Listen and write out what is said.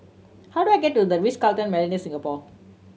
how do I get to The Ritz Carlton Millenia Singapore